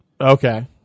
Okay